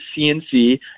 CNC